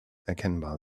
erkennbar